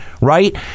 right